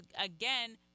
again